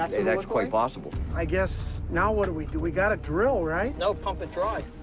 that's quite possible. i guess now what do we do? we gotta drill, right? no, pump it dry.